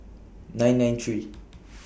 nine nine three